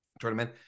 tournament